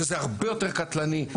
שזה הרבה יותר קטלני,